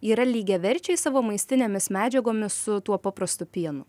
yra lygiaverčiai savo maistinėmis medžiagomis su tuo paprastu pienu